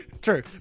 True